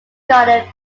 garden